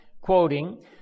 quoting